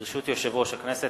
ברשות יושב-ראש הכנסת,